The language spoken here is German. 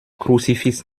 kruzifix